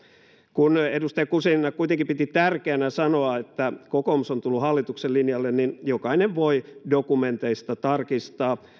kun edustaja guzenina kuitenkin piti tärkeänä sanoa että kokoomus on tullut hallituksen linjalle niin jokainen voi dokumenteista tarkistaa